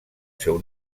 seu